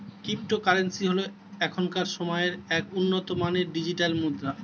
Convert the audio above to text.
cryptocurrency হল এখনকার সময়ের এক উন্নত মানের ডিজিটাল মুদ্রা